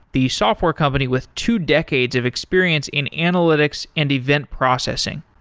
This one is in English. the software company with two decades of experience in analytics and event processing.